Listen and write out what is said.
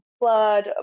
blood